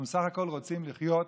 אנחנו בסך הכול רוצים לחיות.